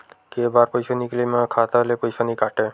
के बार पईसा निकले मा खाता ले पईसा नई काटे?